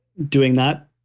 doing that.